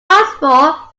possible